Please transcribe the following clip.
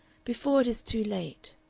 before it is too late.